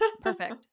Perfect